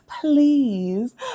please